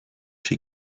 she